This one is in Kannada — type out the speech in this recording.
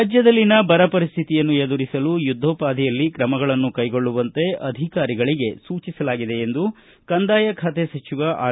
ರಾಜ್ಯದಲ್ಲಿನ ಬರ ಪರಿಸ್ಥಿತಿಯನ್ನು ಎದುರಿಸಲು ಯುದ್ದೋಪಾದಿಯಲ್ಲಿ ತ್ರಮಗಳನ್ನು ಕೈಗೊಳ್ಳುವಂತೆ ಅಧಿಕಾರಿಗಳಿಗೆ ಸೂಚಿಸಲಾಗಿದೆ ಎಂದು ಕಂದಾಯ ಖಾತೆ ಸಚಿವ ಆರ್